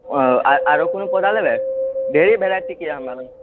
आओरो कोनो पौधा लेबै ढेरी वेराइटी के अइ हमरा लग